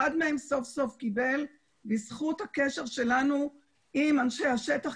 אחד מהם סוף-סוף קיבל בזכות הקשר שלנו עם אנשי השטח.